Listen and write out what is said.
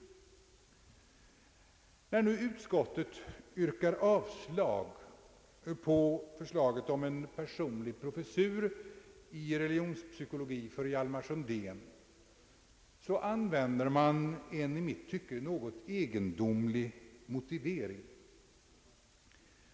När nu utskottet yrkar avslag på förslaget om en personlig professur i religionspsykologi för Hjalmar Sundén, använder man en i mitt tycke något egenartad motivering.